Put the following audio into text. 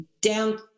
down